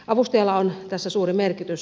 avustajalla on tässä suuri merkitys